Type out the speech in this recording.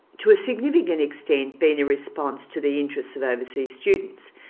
to a significant extent been a response to the interests of overseas students.